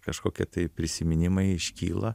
kažkokie tai prisiminimai iškyla